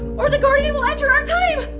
or the guardian will enter our time!